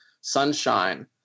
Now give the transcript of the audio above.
Sunshine